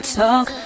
talk